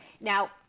Now